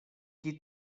qui